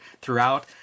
throughout